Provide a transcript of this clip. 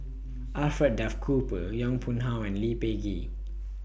Alfred Duff Cooper Yong Pung How and Lee Peh Gee